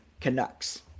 Canucks